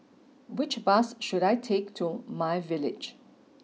which bus should I take to my village